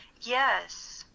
Yes